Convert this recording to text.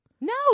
no